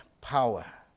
power